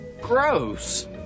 Gross